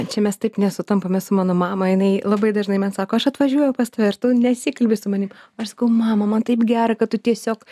čia mes taip nesutampam mes su mano mama jinai labai dažnai man sako aš atvažiuoju pas tave ir tu nesikalbi su manim aš sakau mama man taip gera kad tu tiesiog